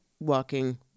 Walking